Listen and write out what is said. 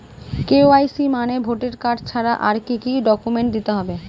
KYC মানে voter card ছাড়া আর কি কি ডকুমেন্ট দিতে হবে?